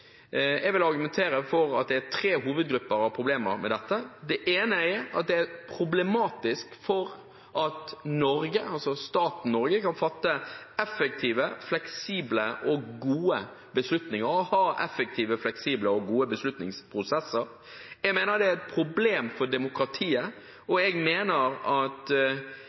Jeg vil argumentere for at det er tre hovedproblemer med dette: Det ene er at det er problematisk med tanke på at staten Norge skal kunne fatte effektive, fleksible og gode beslutninger og ha effektive, fleksible og gode beslutningsprosesser. Det andre er at det er et problem for demokratiet, og det tredje er at